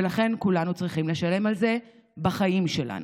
ולכן כולנו צריכים לשלם על זה בחיים שלנו.